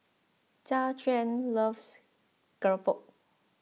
Jajuan loves Keropok